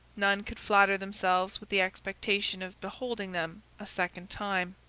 none could flatter themselves with the expectation of beholding them a second time.